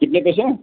کتنے پیسے